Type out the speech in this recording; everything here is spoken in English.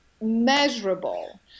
measurable